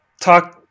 talk